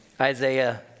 Isaiah